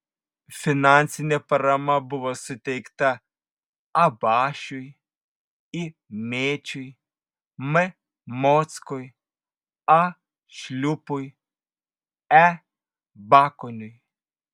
finansinė parama buvo suteikta a bašiui i mėčiui m mockui a šliupui e bakoniui